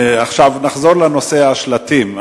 נחזור לנושא השלטים.